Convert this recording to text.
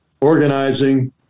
organizing